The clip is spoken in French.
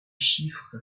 chiffres